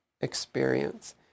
experience